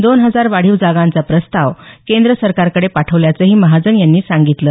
दोन हजार वाढीव जागांचा प्रस्ताव केंद्र सरकारकडे पाठवल्याचंही महाजन यांनी सांगितलं